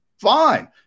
fine